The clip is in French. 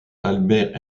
albert